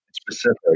specific